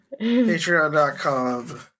Patreon.com